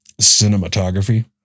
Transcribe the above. cinematography